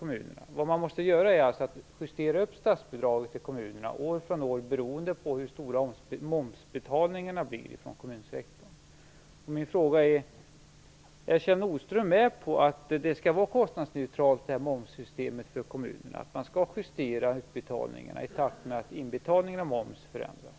Man måste alltså justera upp statsbidraget till kommunerna år från år beroende på hur stora momsinbetalningarna från kommunsektorn blir. Min fråga är då: Är Kjell Nordström med på att momssystemet skall vara konstnadsneutralt för kommunerna, att utbetalningarna skall justeras i takt med att inbetalningen av moms förändras?